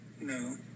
no